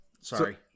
sorry